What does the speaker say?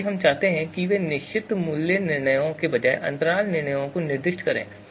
बल्कि हम चाहते हैं कि वे निश्चित मूल्य निर्णयों के बजाय अंतराल निर्णय निर्दिष्ट करें